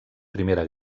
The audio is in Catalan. primera